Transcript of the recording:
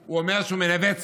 הוא אומר שהוא מנווט ספינה,